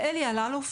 לאלי אלאלוף,